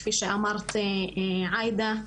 כפי שאמרת עאידה,